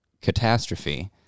catastrophe